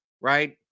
right